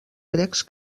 grecs